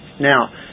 now